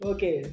Okay